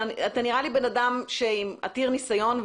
אתה נראה לי בן אדם עתיר ניסיון,